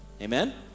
Amen